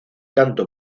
canto